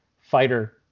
fighter